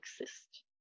exist